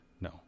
No